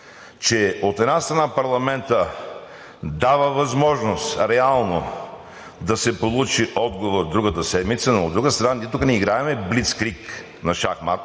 че, от една страна, парламентът дава възможност реално да се получи отговор другата седмица, но, от друга страна, ние тук не играем блицкриг на шахмат.